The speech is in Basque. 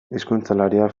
hizkuntzalaria